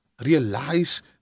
realize